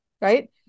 right